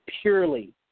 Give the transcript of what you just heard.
purely